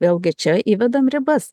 vėlgi čia įvedam ribas